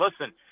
listen